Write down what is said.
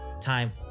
time